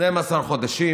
12 חודשים,